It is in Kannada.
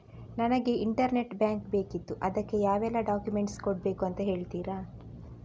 ನನಗೆ ಇಂಟರ್ನೆಟ್ ಬ್ಯಾಂಕ್ ಬೇಕಿತ್ತು ಅದಕ್ಕೆ ಯಾವೆಲ್ಲಾ ಡಾಕ್ಯುಮೆಂಟ್ಸ್ ಕೊಡ್ಬೇಕು ಅಂತ ಹೇಳ್ತಿರಾ?